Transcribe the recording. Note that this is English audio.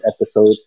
episode